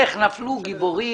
איך נפלו גיבורים?